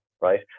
right